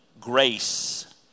grace